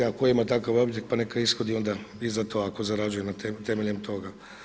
A tko ima takav objekt pa neka ishodi onda i za to ako zarađuje na temelju toga.